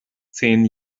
zehn